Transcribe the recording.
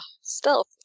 stealth